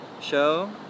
show